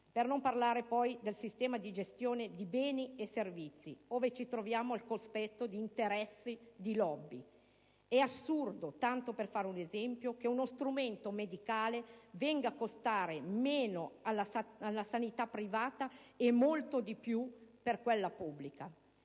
Per non parlare, poi, del sistema di gestione di beni e servizi, ove ci troviamo al cospetto di interessi di *lobby*. È assurdo, tanto per fare un esempio, che uno strumento medicale venga a costare alla sanità pubblica molto di più di quanto costi